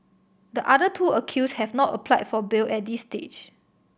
the other two accused have not applied for bail at this stage